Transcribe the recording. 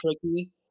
tricky